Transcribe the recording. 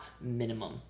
minimum